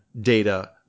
data